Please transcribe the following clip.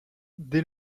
dès